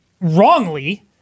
wrongly